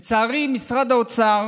לצערי, משרד האוצר